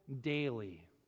daily